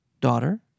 Daughter